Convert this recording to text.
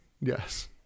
Yes